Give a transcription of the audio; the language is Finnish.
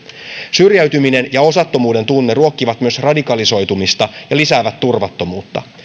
syrjäytyminen ja osattomuuden tunne ruokkivat myös radikalisoitumista ja lisäävät turvattomuutta